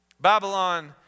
Babylon